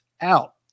out